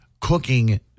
cooking